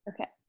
Okay